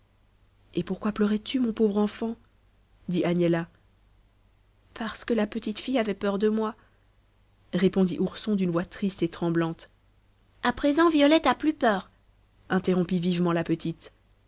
et pourquoi pleurais tu mon pauvre enfant dit agnella parce que la petite fille avait peur de moi répondit ourson d'une voix triste et tremblante a présent violette a plus peur interrompit vivement la petite